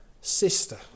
sister